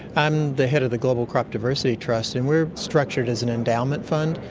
i'm the head of the global crop diversity trust and we're structured as an endowment fund,